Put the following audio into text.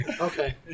Okay